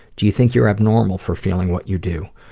do you think you're abnormal for feeling what you do?